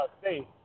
State